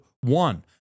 one